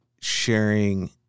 sharing